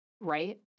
Right